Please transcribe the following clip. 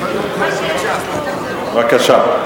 בבקשה.